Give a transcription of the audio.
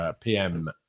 PM